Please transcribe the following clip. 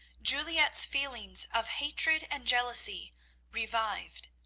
juliette's feelings of hatred and jealousy revived.